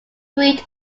treat